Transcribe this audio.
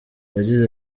yagize